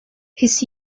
his